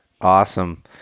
Awesome